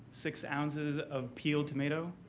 six ounces of peeled tomato.